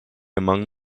among